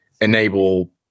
enable